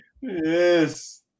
yes